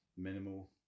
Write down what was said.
minimal